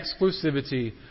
exclusivity